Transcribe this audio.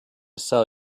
sell